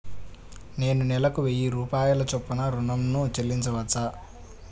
నేను నెలకు వెయ్యి రూపాయల చొప్పున ఋణం ను చెల్లించవచ్చా?